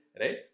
right